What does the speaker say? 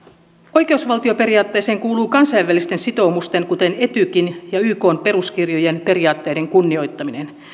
oikeusvaltioperiaatteeseen kuuluu kansainvälisten sitoumusten kuten etykin ja ykn peruskirjojen periaatteiden kunnioittaminen